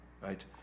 right